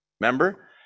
Remember